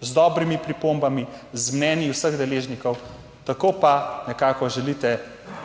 z dobrimi pripombami, z mnenji vseh deležnikov, tako pa nekako želite